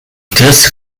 this